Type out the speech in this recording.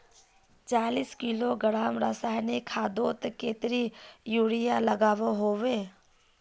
चालीस किलोग्राम रासायनिक खादोत कतेरी यूरिया लागोहो होबे?